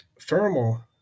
thermal